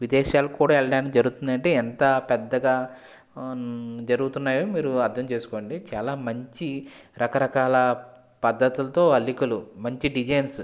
విదేశాలకు కూడా వెళ్ళడానికి జరుగుతుందంటే ఎంత పెద్దగా జరుగుతున్నాయో మీరు అర్థం చేసుకోండి చాలా మంచి రకరకాల పద్ధతులతో అల్లికలు మంచి డిజైన్స్